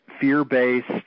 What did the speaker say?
fear-based